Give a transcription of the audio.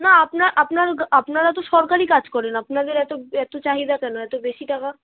না আপনার আপনার আপনারা তো সরকারী কাজ করেন আপনাদের এতো এতো চাহিদা কেন এতো বেশি টাকা